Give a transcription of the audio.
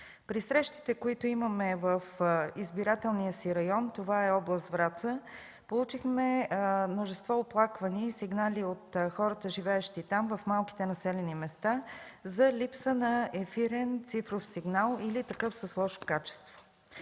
При срещите, които имаме в избирателния си район, това е област Враца, получихме множество оплаквания и сигнали от хората, живеещи там в малките населени места за липса на ефирен цифров сигнал или такъв с лошо качество.